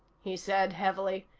he said heavily.